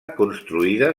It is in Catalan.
construïda